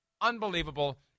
unbelievable